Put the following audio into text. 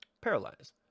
Paralyze